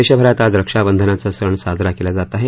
देशभरात आज रक्षाबंधनाचा सण साजरा केला जात आहे